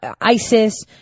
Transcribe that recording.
ISIS